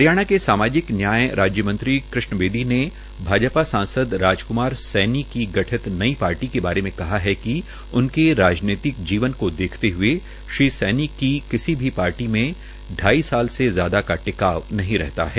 हरियाणा के सामाजिक न्याय राज्य मंत्री कृष्ण बेदी ने भाजपा सांसद राजक्मार सैनी की गठित नई पार्टी के बारे में कहा है कि उनके राजनीतिक जीवन को देखते हए श्रीसैनी की किसी भी पार्टी में ढाई साल से ज्यादा का टिकान नहीं रहता है